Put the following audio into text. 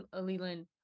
Leland